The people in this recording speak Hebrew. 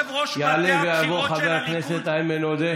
יושב-ראש מטה הבחירות של הליכוד,